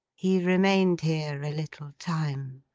he remained here a little time.